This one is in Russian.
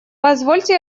позвольте